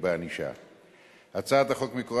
ועדת החוקה,